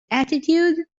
attitude